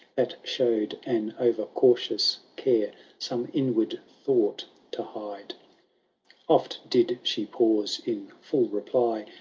that showed an over-cautious care some inward thought to hide oft did she pause in full reply,